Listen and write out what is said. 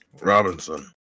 robinson